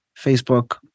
Facebook